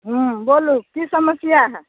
हूँ बोलू की समस्या हए